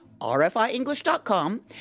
rfienglish.com